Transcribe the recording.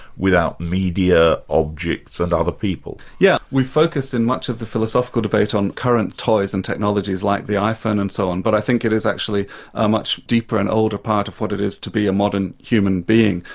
without media, objects, and other people. yes. yeah we focused in much of the philosophical debate on current toys and technologies like the iphone and so on, but i think it is actually a much deeper and older part of what it is to be a modern human being.